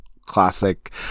classic